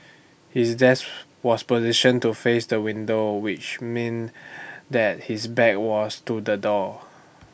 his desks was positioned to face the window which mean that his back was to the door